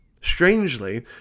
Strangely